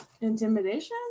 Intimidation